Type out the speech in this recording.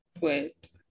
Wait